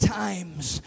times